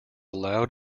loud